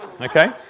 Okay